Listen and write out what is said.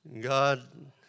God